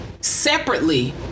separately